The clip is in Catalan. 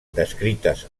descrites